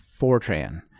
Fortran